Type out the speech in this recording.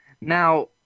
now